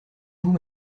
vous